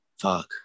fuck